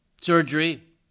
Surgery